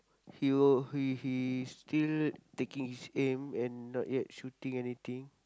he will he he still taking his aim and not yet shooting anything